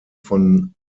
von